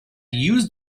used